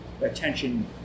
attention